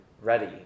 ready